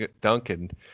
Duncan